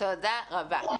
תודה רבה.